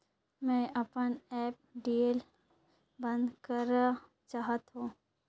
मैं अपन एफ.डी ल बंद करा चाहत हों